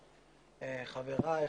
חבריי,